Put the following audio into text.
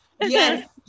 Yes